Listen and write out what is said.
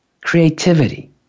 creativity